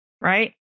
right